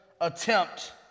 attempt